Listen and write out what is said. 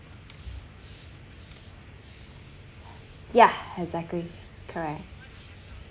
yeah exactly correct